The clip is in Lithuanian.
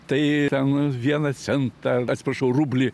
tai ten vieną centą atsiprašau rublį